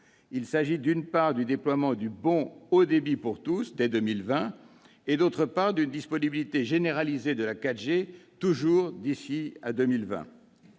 il s'agit, d'une part, du déploiement du « bon haut débit pour tous » dès 2020, d'autre part, d'« une disponibilité généralisée de la 4G », toujours d'ici à 2020.